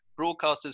broadcasters